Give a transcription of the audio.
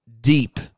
deep